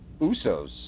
Usos